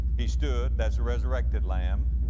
he stood, that's a resurrected lamb,